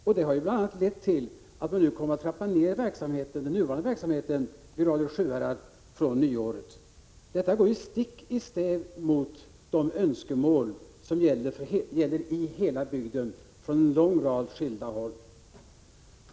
Detta har bl.a. lett till att man kommer att trappa ned den nuvarande verksamheten i Radio Sjuhärad från nyåret, och det går ju stick i stäv mot de önskemål som kommit från vitt skilda håll och som gäller hela bygden.